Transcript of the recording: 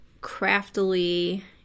craftily –